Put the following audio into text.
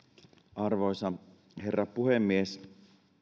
arvoisa herra puhemies